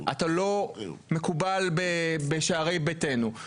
אתה לא מקובל בשערי ביתנו".